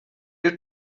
you